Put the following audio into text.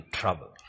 trouble